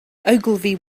ogilvy